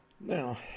Now